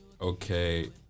okay